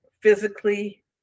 physically